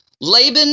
Laban